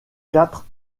quatre